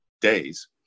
days